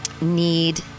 need